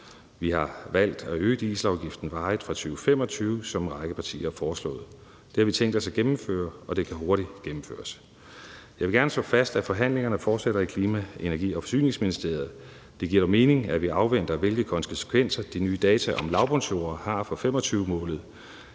Vi har valgt at øge dieselafgiften varigt fra 2025, som en række partier har foreslået. Det har vi tænkt os at gennemføre, og det kan hurtigt gennemføres. Jeg gerne slå fast, at forhandlingerne fortsætter i Klima-, Energi- og Forsyningsministeriet. Det giver dog god mening, at vi afventer, hvilke konsekvenser de nye data om lavbundsjorder har for 2025-målet.